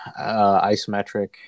isometric